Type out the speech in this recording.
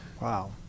Wow